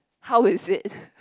how is it